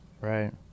right